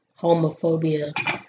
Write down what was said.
homophobia